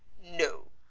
no,